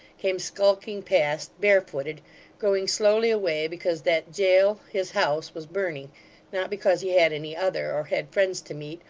came skulking past, barefooted going slowly away because that jail, his house, was burning not because he had any other, or had friends to meet,